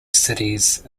cities